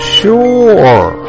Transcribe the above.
sure